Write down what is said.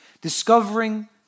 discovering